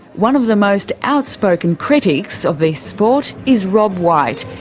one of the most outspoken critics of the sport is rob white.